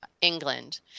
England